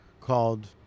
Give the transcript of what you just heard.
called